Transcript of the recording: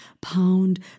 pound